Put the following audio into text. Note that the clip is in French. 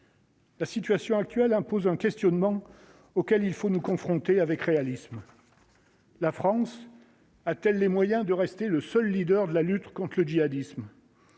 La situation actuelle impose un questionnement auquel il faut nous confronter avec réalisme, la France a-t-elle les moyens de rester le seul leader de la lutte contre le jihadisme.